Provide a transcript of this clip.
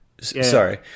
Sorry